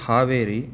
Haveri